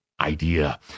idea